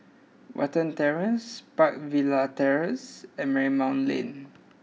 Watten Terrace Park Villas Terrace and Marymount Lane